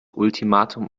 ultimatum